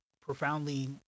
profoundly